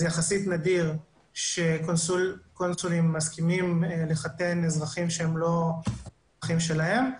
זה יחסית נדיר שקונסולים מסכימים לחתן אזרחים שהם לא אזרחים שלהם.